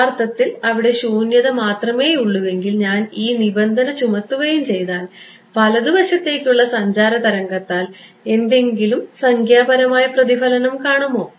യഥാർത്ഥത്തിൽ അവിടെ ശൂന്യത മാത്രമേയുള്ളൂവെങ്കിൽ ഞാൻ ഈ നിബന്ധന ചുമത്തുകയും ചെയ്താൽ വലതു വശത്തേക്കുള്ള സഞ്ചാര തരംഗത്താൽ എന്തെങ്കിലും സംഖ്യാപരമായ പ്രതിഫലനം കാണുമോ